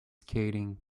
skating